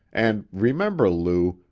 and remember, lou,